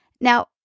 Now